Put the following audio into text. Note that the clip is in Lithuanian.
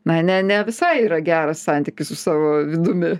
na ne ne visai yra geras santykis su savo vidumi